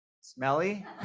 Smelly